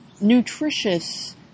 nutritious